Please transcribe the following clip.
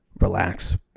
relax